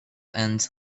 ants